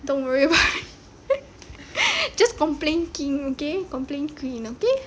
don't worry about it just complain king okay complain queen okay